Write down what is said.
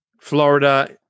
Florida